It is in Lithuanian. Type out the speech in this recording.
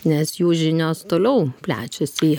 nes jų žinios toliau plečiasi jie